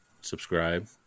subscribe